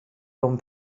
bon